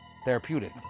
therapeutic